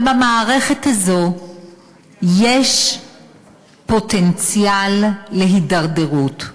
אבל במערכת הזו יש פוטנציאל להידרדרות.